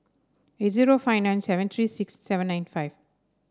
eight zero five nine seven three six seven nine five